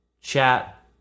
chat